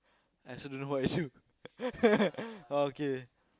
I also don't know what I do oh okay